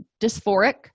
dysphoric